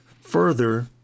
further